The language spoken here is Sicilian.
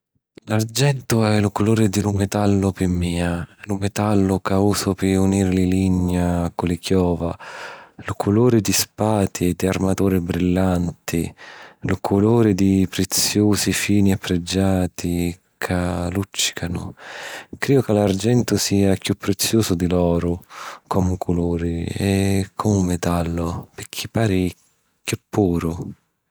L'argentu è lu culuri di lu metallu pi mia. Lu metallu ca usu pi uniri li ligna cu li chiova, lu culuri di spati e di armaturi brillanti, lu culuri di preziusi fini e pregiati ca lùccicanu. Criu ca l'argentu sia chiu preziusu di l'oru, comu culuri e comu metallu, picchì pari chiù puru.